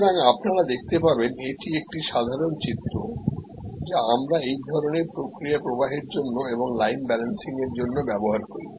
সুতরাং আপনারা দেখতে পাবেন এটি একটি সাধারণ চিত্র যা আমরা এই ধরণের প্রক্রিয়া প্রবাহের জন্য এবং লাইন ব্যালেন্সিংয়ের জন্য ব্যবহার করি